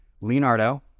leonardo